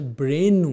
brain